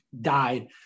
died